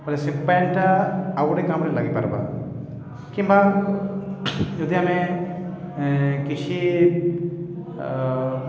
ବଲେ ସେ ପାଏନ୍ଟା ଆଉ ଗୁଟେ କାମ୍ରେ ଲାଗିପାର୍ବା କିମ୍ବା ଯଦି ଆମେ କିଛି